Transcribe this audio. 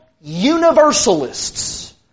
universalists